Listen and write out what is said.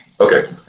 Okay